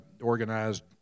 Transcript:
organized